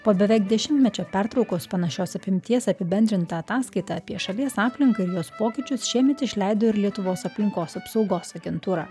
po beveik dešimtmečio pertraukos panašios apimties apibendrintą ataskaitą apie šalies aplinką ir jos pokyčius šiemet išleido ir lietuvos aplinkos apsaugos agentūra